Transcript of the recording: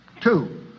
Two